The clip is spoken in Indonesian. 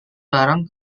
barang